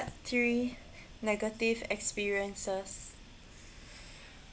part three negative experiences